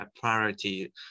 priority